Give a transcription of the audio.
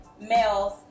males